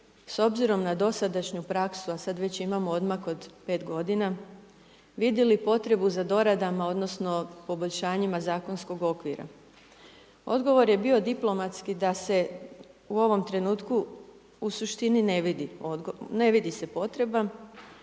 s obzirom na dosadašnju praksu a sada veći imamo odmak od 5 godina, vidjeli potrebu za doradama, odnosno poboljšanjima zakonskog okvira. Odgovor je bio diplomatski da se u ovom trenutku u suštini ne vidi, ne